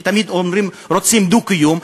שתמיד אומרים: רוצים דו-קיום,